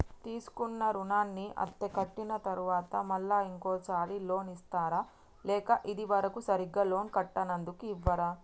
తీసుకున్న రుణాన్ని అత్తే కట్టిన తరువాత మళ్ళా ఇంకో సారి లోన్ ఇస్తారా లేక ఇది వరకు సరిగ్గా లోన్ కట్టనందుకు ఇవ్వరా?